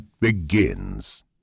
begins